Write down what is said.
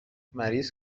مریض